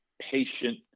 patient